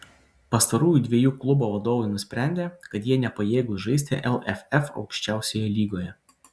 pastarųjų dviejų klubo vadovai nusprendė kad jie nepajėgūs žaisti lff aukščiausioje lygoje